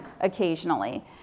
occasionally